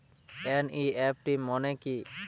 NEFT মনে কি?